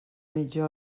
mitja